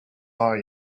are